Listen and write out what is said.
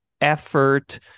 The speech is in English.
effort